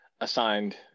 assigned